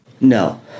No